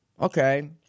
Okay